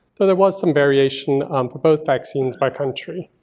though there was some variation um for both vaccines by country.